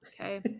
Okay